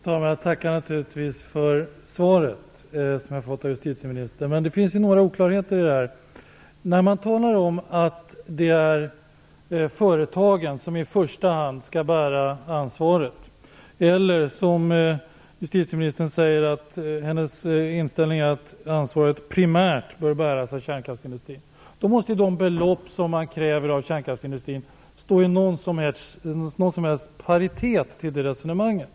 Fru talman! Jag tackar naturligtvis för det svar som jag har fått från justitieministern, men det finns några oklarheter. När man talar om att i första hand företagen skall bära ansvaret eller att, som justitieministern anger som sin inställning, ansvaret primärt bör bäras av kärnkraftsindustrin, måste de belopp som man kräver av kärnkraftsindustrin stå i någon som helst paritet till det resonemanget.